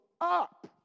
up